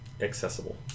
accessible